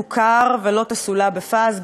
תוכר ולא תסולא בפז,